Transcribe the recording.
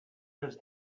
does